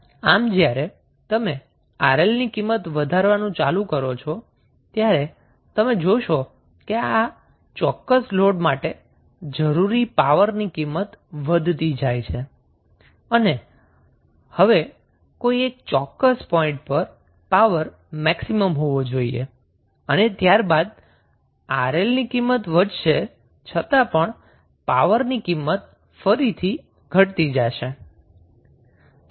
આમ જ્યારે તમે 𝑅𝐿 ની કિંમત વધારવાનું ચાલુ કરો છો ત્યારે તમે જોશો કે આ ચોક્કસ લોડ માટે જરૂરી પાવર ની કિંમત વધતી જાઈ છે અને હવે કોઈ એક ચોક્કસ પોઈન્ટ પર પાવર મેક્સિમમ હોવો જોઈએ અને ત્યારબાદ 𝑅𝐿 ની કિંમત વધશે છતાં પણ પાવરની કિંમત ફરીથી ઘટતી જાશે